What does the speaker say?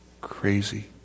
crazy